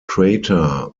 crater